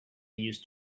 use